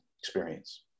experience